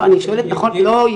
לא,